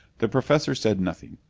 the professor said nothing.